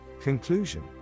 Conclusion